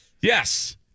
Yes